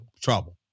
trouble